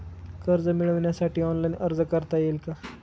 कर्ज मिळविण्यासाठी ऑनलाइन अर्ज करता येईल का?